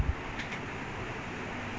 ya ya they bought them from sebia also